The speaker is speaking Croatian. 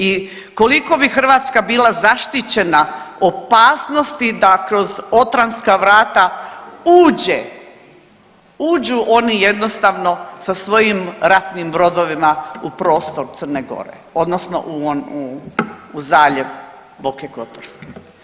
I koliko bi Hrvatska bila zaštićena opasnosti da kroz Otrantska vrata uđe, uđu oni jednostavno sa svojim ratnim brodovima u prostor Crne Gore odnosno u zaljev Boke Kotorske.